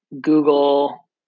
Google